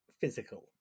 physical